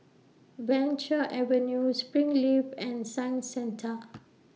Venture Avenue Springleaf and Science Centre